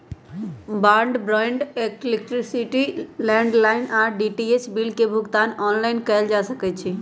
broadband, electricity, landline आऽ DTH bill के भुगतान ऑनलाइन कएल जा सकइ छै